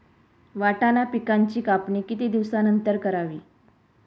वाटाणा पिकांची कापणी किती दिवसानंतर करावी?